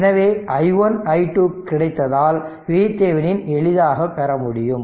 எனவே i1 i2 கிடைத்ததால் VThevenin எளிதாக பெற முடியும்